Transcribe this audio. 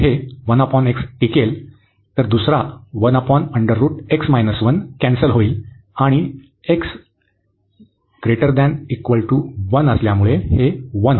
1 आणि हे तर हे टिकेल तर दुसरा कॅन्सल होईल आणि x 1 असल्यामुळे हे 1 होईल